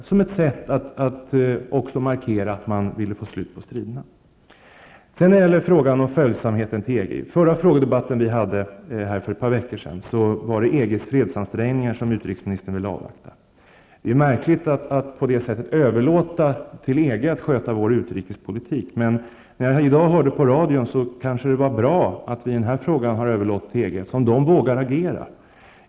Det var ett sätt att markera att Sverige ville få slut på striderna. Sedan har vi frågat om följsamheten till EG. I den frågedebatt utrikesministern och jag hade för ett par veckor sedan ville utrikesministern avvakta EGs fredsansträngningar. Det är märkligt att på det sättet överlåta till EG att sköta Sveriges utrikespolitik. Men när jag i dag lyssnade på radion insåg jag att det var bra att vi överlät denna fråga till EG eftersom EG vågar agera.